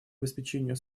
обеспечению